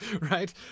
right